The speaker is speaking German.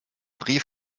brief